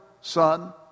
Son